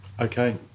Okay